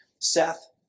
Seth